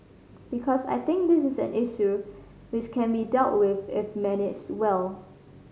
because I think this is an issue which can be dealt with if managed well